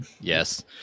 Yes